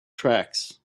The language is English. tracks